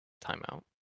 Timeout